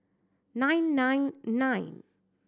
nine nine nine